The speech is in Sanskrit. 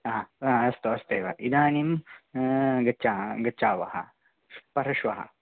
हा हा अस्तु अस्तु एव इदानीं गच्छ गच्छावः परश्वः